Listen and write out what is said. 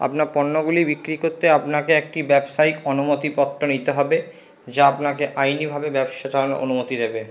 আপনার পণ্যগুলি বিক্রি করতে আপনাকে একটি ব্যবসায়িক অনুমতিপত্র নিতে হবে যা আপনাকে আইনিভাবে ব্যবসা চালানোর অনুমতি দেবে